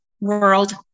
world